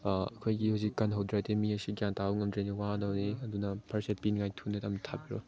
ꯑꯩꯈꯣꯏꯒꯤ ꯍꯧꯖꯤꯛ ꯀꯟꯍꯧꯗ꯭ꯔꯗꯤ ꯃꯤ ꯑꯁꯤ ꯒ꯭ꯌꯥꯟ ꯇꯥꯕ ꯉꯝꯗ꯭ꯔꯗꯤ ꯋꯥꯗꯧꯔꯤ ꯑꯗꯨꯅ ꯐꯔꯁ ꯑꯦꯗ ꯄꯤꯅꯉꯥꯏ ꯊꯨꯅ ꯑꯝ ꯊꯥꯕꯤꯔꯛꯑꯣ